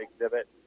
exhibit